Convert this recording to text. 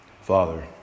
Father